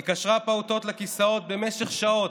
היא קשרה פעוטות לכיסאות במשך שעות,